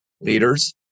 Leaders